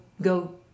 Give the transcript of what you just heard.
go